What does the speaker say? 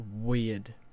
weird